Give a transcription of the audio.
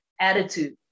Attitude